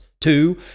Two